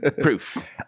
proof